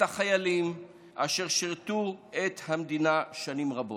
החיילים אשר שירתו את המדינה שנים רבות.